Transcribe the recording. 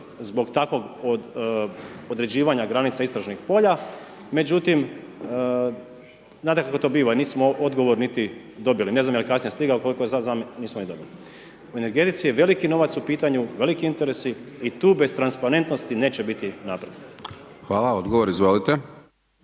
zbog takvog određivanja granica istražnih polja međutim znate kako to biva, nismo odgovor niti dobili, ne znam jel kasnije stigao, koliko znam, nismo ga dobili. U energetici je veliki novac u pitanju, veliki interesi i tu bez transparentnosti neće biti napretka. **Hajdaš Dončić,